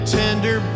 tender